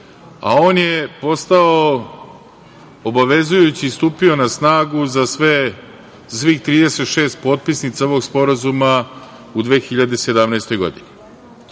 a on je postao obavezujući i stupio na snagu za svih 36 potpisnica ovog Sporazuma u 2017. godini. Danas